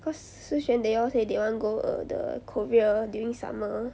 cause shi xuan they all say they want go err the korea during summer